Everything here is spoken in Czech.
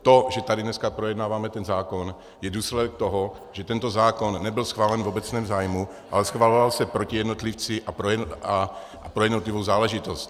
To, že tady dneska projednáváme ten zákon, je důsledek toho, že tento zákon nebyl schválen v obecném zájmu, ale schvaloval se proti jednotlivci a pro jednotlivou záležitost.